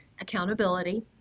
accountability